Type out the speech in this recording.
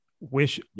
wish